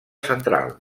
central